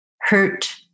hurt